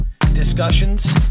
discussions